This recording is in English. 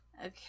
okay